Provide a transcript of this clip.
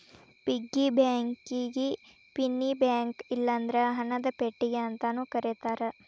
piggy ಬ್ಯಾಂಕಿಗಿ penny bank ಇಲ್ಲಂದ್ರ ಹಣದ ಪೆಟ್ಟಿಗಿ ಅಂತಾನೂ ಕರೇತಾರ